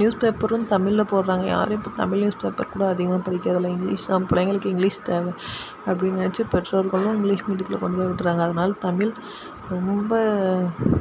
news பேப்பரும் தமிழில் போடுகிறாங்க யாரும் இப்போ தமிழ் நியூஸ் பேப்பர் கூட அதிகமாக படிக்கிறதில்லை இங்கிலீஷ் தான் பிள்ளைங்களுக்கு இங்கிலீஷ் தேவை அப்படி நினைச்சி பெற்றோர்களும் இங்கிலீஷ் மீடியத்தில் கொண்டு போய் விட்டுட்றாங்க அதனால் தமிழ் ரொம்ப